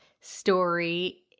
story